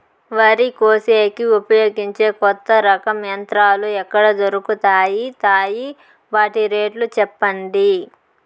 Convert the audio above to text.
వరి కోసేకి ఉపయోగించే కొత్త రకం యంత్రాలు ఎక్కడ దొరుకుతాయి తాయి? వాటి రేట్లు చెప్పండి?